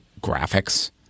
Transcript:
graphics